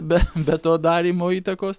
be be to darymo įtakos